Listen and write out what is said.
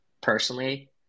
Personally